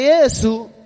Jesus